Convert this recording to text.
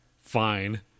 Fine